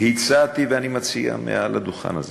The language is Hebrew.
הצעתי, ואני מציע מעל דוכן הזה,